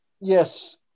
Yes